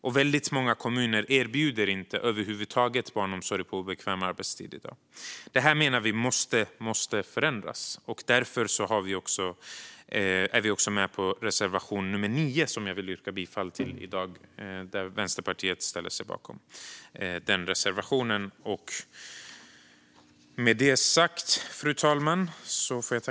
Och väldigt många kommuner erbjuder över huvud taget inte barnomsorg på obekväm arbetstid i dag. Vi menar att detta måste förändras. Därför yrkar jag bifall till reservation 8.